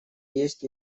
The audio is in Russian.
есть